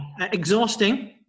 exhausting